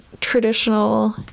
traditional